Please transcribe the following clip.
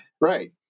right